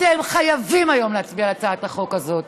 אתם חייבים היום להצביע על הצעת החוק הזאת.